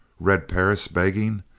red perris begging,